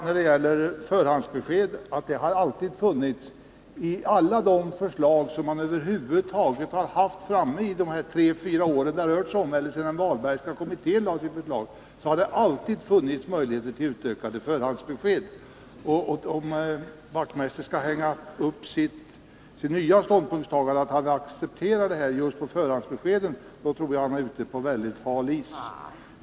När det gäller förhandsbesked sade jag att det i alla de förslag som över huvud taget varit uppe till diskussion under de tre till fyra åren sedan den Walbergska kommittén lade fram sitt betänkande har tagits upp möjligheter till utökade förhandsbesked. Om herr Wachtmeister skall hänga upp sitt nya ståndpunktstagande just på att han accepterar förhandsbeskeden, tror jag att han är ute på mycket hal is.